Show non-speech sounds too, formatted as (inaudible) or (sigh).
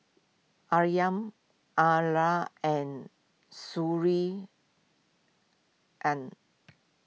Aryan (unintelligible) and Sury and